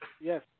Yes